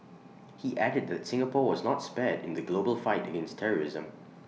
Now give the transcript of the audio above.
he added that Singapore was not spared in the global fight against terrorism